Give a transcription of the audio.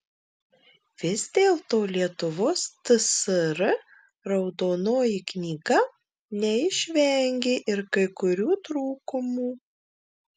vis dėlto lietuvos tsr raudonoji knyga neišvengė ir kai kurių trūkumų